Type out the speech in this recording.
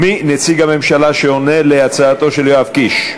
מי נציג הממשלה שעונה על הצעתו של יואב קיש?